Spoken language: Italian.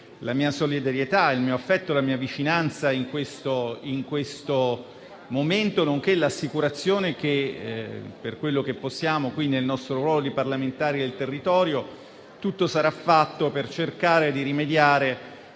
la mia solidarietà, il mio affetto e la mia vicinanza in questo momento, nonché l'assicurazione - per quello che possiamo nel nostro ruolo di parlamentari del territorio - che tutto sarà fatto per cercare di rimediare